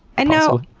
and now,